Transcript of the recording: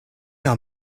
are